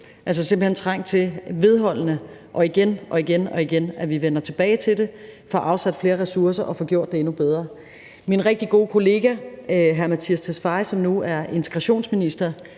til, at vi vedholdende og igen og igen vender tilbage til det og får afsat flere ressourcer og får gjort det endnu bedre. Da min rigtig gode kollega hr. Mattias Tesfaye, som nu er udlændinge- og integrationsminister,